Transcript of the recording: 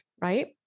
right